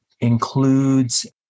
includes